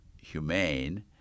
humane